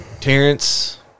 Terrence